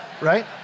right